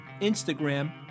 Instagram